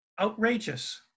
Outrageous